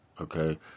okay